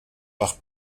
par